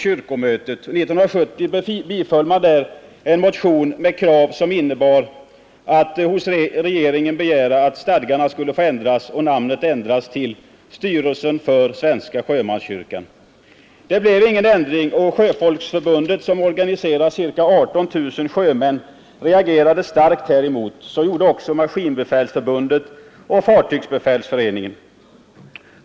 1970 biföll kyrkomötet en motion med krav som innebar att man hos regeringen begärde sådan ändring i stadgarna för Svenska kyrkans sjömansvårdsstyrelse att dess namn ändras till Styrelsen för svenska sjömanskyrkan. Det blev ingen ändring, och Sjöfolksförbundet, som organiserar ca 18 000, reagerade starkt häremot. Så gjorde också Maskinbefälsförbundet och Fartygsbefälsföreningen.